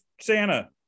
Santa